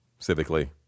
civically